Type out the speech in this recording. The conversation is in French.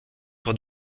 pour